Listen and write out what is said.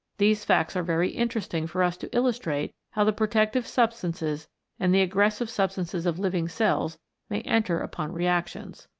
these facts are very interesting for us to illustrate how the pro tective substances and the aggressive substances of living cells may enter upon reactions.